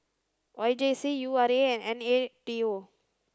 Y J C U R A and N A T O